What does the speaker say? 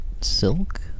silk